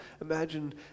Imagine